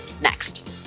next